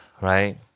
right